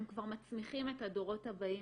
הם כבר מצמיחים את הדורות הבאים.